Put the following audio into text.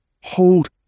hold